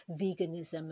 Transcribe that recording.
veganism